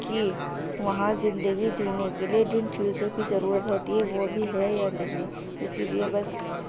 کہ وہاں زندگی جینے کے لیے جن چیزوں کی ضرورت ہوتی ہے وہ ابھی ہے یا نہیں اِسی لیے بس